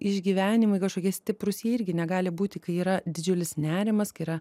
išgyvenimai kažkokie stiprūs jie irgi negali būti kai yra didžiulis nerimas kai yra